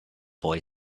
boy